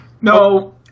No